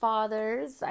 Fathers